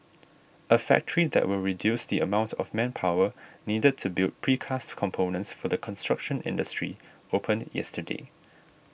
a factory that will reduce the amount of manpower needed to build precast components for the construction industry opened yesterday